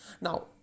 Now